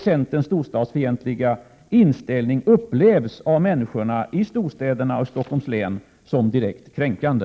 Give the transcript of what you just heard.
Centerns storstadsfientliga inställning upplevs av människorna i storstäderna och i Stockholms län som direkt kränkande.